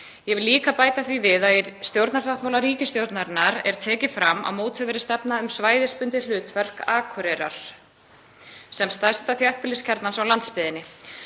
Ég vil líka bæta því við að í stjórnarsáttmála ríkisstjórnarinnar er tekið fram að mótuð verði stefna um svæðisbundið hlutverk Akureyrar sem stærsta þéttbýliskjarnans á landsbyggðinni.